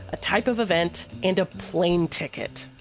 a type of event and a plane ticket.